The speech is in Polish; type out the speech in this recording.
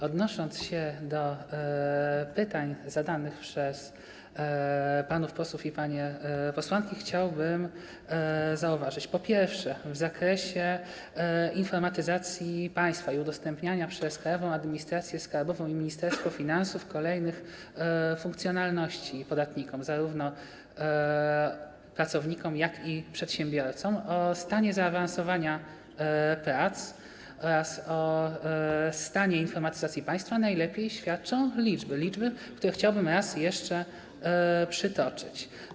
Odnosząc się do pytań zadanych przez panów posłów i panie posłanki, chciałbym zauważyć, po pierwsze, że w zakresie informatyzacji państwa i udostępniania przez Krajową Administrację Skarbową i Ministerstwo Finansów kolejnych funkcjonalności podatnikom, zarówno pracownikom, jak i przedsiębiorcom, o stanie zaawansowania prac oraz o stanie informatyzacji państwa najlepiej świadczą liczby, które chciałbym raz jeszcze przytoczyć.